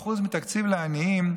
50% מתקציב לעניים,